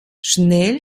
schnell